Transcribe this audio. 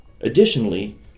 Additionally